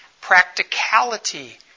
practicality